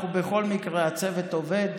בכל מקרה הצוות עובד,